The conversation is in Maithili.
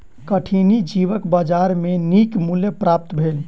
कठिनी जीवक बजार में नीक मूल्य प्राप्त भेल